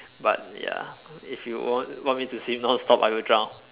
but ya if you want want me to swim non stop I will drown